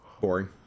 boring